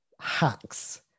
hacks